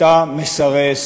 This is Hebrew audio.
אתה מסרס